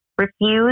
refuse